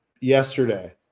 yesterday